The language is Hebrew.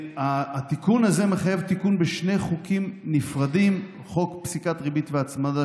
התיקון הזה מחייב תיקון בשני חוקים נפרדים: חוק פסיקת ריבית והצמדה,